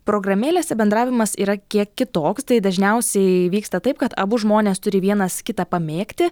programėlėse bendravimas yra kiek kitoks tai dažniausiai įvyksta taip kad abu žmonės turi vienas kitą pamėgti